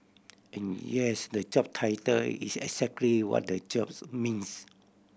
and yes the job title is exactly what the jobs means